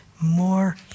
more